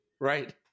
right